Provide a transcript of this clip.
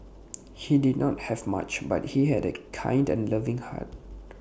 he did not have much but he had A kind and loving heart